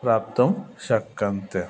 प्राप्तुं शक्यन्ते